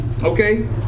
Okay